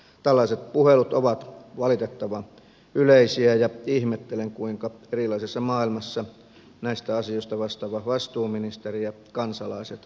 tällaiset puhelut ovat valitettavan yleisiä ja ihmettelen kuinka erilaisessa maailmassa näistä asioista vastaava vastuuministeri ja kansalaiset elävät